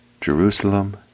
Jerusalem